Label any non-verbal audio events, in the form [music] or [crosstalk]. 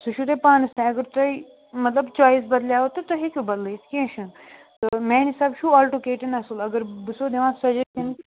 سُہ چھُو تۄہہِ پانَس تام اگر تۄہہِ مطلب چایِس بَدلیو تہٕ تُہۍ ہیٚکِو بدلٲیِتھ کیٚنٛہہ چھُنہٕ تہٕ میٛانہِ حساب چھُو آلٹو کے ٹٮ۪ن اَصٕل اگر بہٕ چھِسو دِوان سَجَشَن [unintelligible]